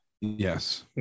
Yes